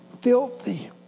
filthy